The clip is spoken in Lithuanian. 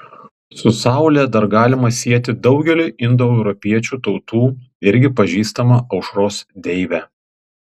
su saule dar galima sieti daugeliui indoeuropiečių tautų irgi pažįstamą aušros deivę